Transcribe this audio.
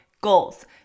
goals